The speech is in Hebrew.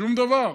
שום דבר.